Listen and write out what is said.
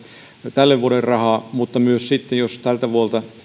tälle vuodelle rahaa mutta myös sitten jos tältä vuodelta